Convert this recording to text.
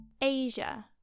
Asia